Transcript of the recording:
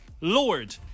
Lord